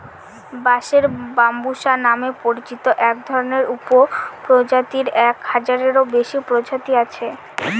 বাঁশের ব্যম্বুসা নামে পরিচিত একধরনের উপপ্রজাতির এক হাজারেরও বেশি প্রজাতি আছে